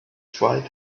tried